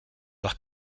leur